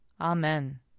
Amen